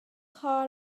her